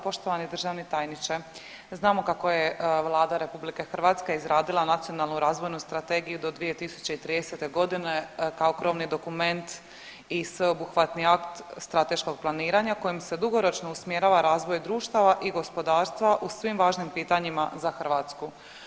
Poštovani državni tajniče, znamo kako je Vlada RH izradila Nacionalnu razvojnu strategiju do 2030. godine kao krovni dokument i sveobuhvatni akt strateškog planiranja kojim se dugoročno usmjerava razvoja društva i gospodarstva u svim važnim pitanjima za Hrvatsku.